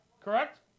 correct